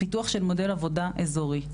פיתוח של מודל עבודה אזורי.